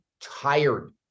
tired